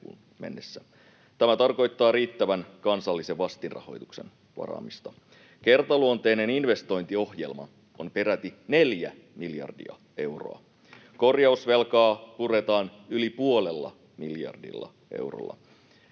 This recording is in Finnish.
Tämä tarkoittaa riittävän kansallisen vastinrahoituksen varaamista. Kertaluonteinen investointiohjelma on peräti neljä miljardia euroa. Korjausvelkaa puretaan yli puolella miljardilla eurolla.